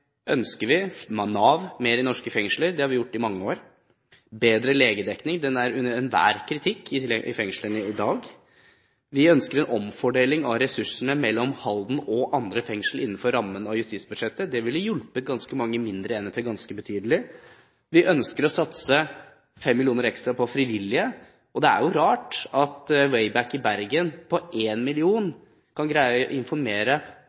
gjort i mange år, og bedre legedekning, den er under enhver kritikk i fengslene i dag, og vi ønsker en omfordeling av ressursene mellom Halden og andre fengsler innenfor rammen av justisbudsjettet. Det ville hjulpet mange mindre enheter ganske betydelig. Vi ønsker å satse 5 mill. kr ekstra på frivillige. Det er jo rart at WayBack i Bergen for 1 mill. kr kan greie å informere